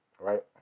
Right